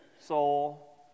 soul